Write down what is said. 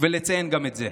ולציין גם את זה.